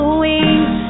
wings